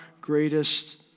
greatest